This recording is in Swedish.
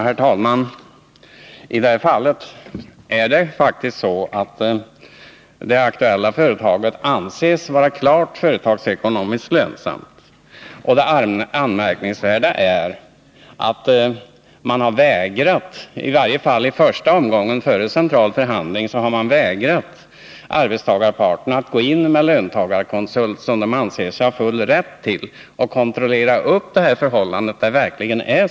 Herr talman! Det här aktuella företaget anses vara företagsekonomiskt klart lönsamt. Det anmärkningsvärda är att man, i varje fall i första omgången, före central förhandling, vägrat arbetstagarparten att gå in med enlöntagarkonsult— vilket arbetstagarparten ansett sig ha full rätt till — för att kontrollera förhållandena.